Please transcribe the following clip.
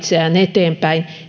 eteenpäin